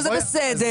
שזה בסדר,